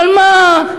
אבל מה,